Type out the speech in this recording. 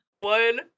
one